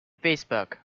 facebook